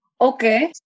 Okay